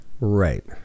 Right